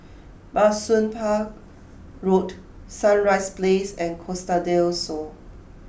Bah Soon Pah Road Sunrise Place and Costa del Sol